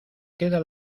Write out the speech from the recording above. queda